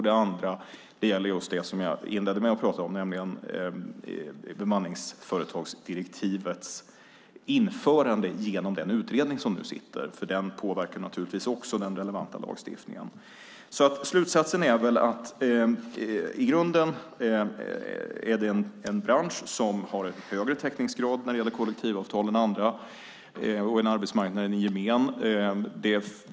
Det andra gäller det jag inledde med att prata om, nämligen bemanningsföretagsdirektivets införande genom den utredning som nu arbetar med detta, för den påverkar naturligtvis också den relevanta lagstiftningen. Slutsatsen är alltså att i grunden är det en bransch som har en högre täckningsgrad när det gäller kollektivavtal än andra och än arbetsmarknaden i gemen.